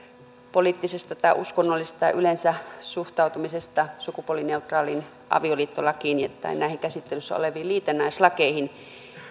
poliittisesta tai uskonnollisesta tai yleensä suhtautumisesta sukupuolineutraaliin avioliittolakiin ja näihin käsittelyssä oleviin liitännäislakeihin